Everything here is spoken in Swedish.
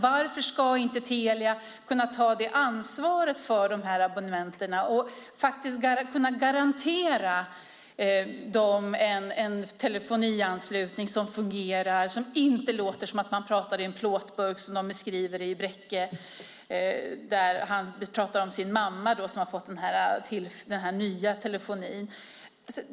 Varför ska inte Telia kunna ta det ansvaret för de här abonnenterna och faktiskt kunna garantera dem en telefonianslutning som fungerar och inte låter som om man pratade i en plåtburk, som en man beskriver det i Bräcke, där hans mamma har fått den nya telefonin.